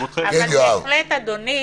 אדוני